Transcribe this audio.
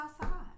outside